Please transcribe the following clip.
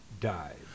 died